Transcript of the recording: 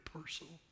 personal